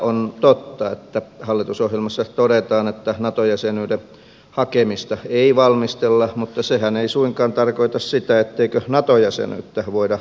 on totta että hallitusohjelmassa todetaan että nato jäsenyyden hakemista ei valmistella mutta sehän ei suinkaan tarkoita sitä ettei nato jäsenyyttä voida valmistella